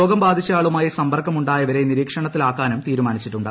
രോഗം ബാധിച്ചയാളുമായി സമ്പർക്ക മുണ്ടായവരെ നിരീക്ഷണത്തിലാക്കാനും തീരുമാനിച്ചിട്ടുണ്ട്